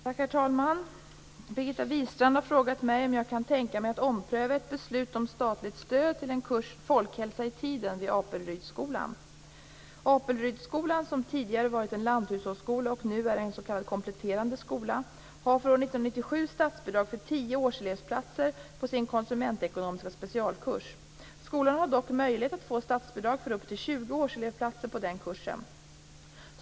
Herr talman! Birgitta Wistrand har frågat mig om jag kan tänka mig att ompröva ett beslut om statligt stöd till en kurs, Folkhälsa i tiden, vid Apelrydsskolan. Apelrydsskolan, som tidigare varit en lanthushållsskola och nu är en s.k. kompletterande skola, har för år 1997 statsbidrag för 10 årselevplatser på sin konsumentekonomiska specialkurs. Skolan har dock möjlighet att få statsbidrag för upp till 20 årselevplatser på den kursen.